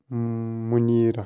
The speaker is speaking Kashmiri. مُنیٖرا